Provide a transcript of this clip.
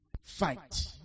fight